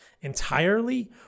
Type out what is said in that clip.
entirely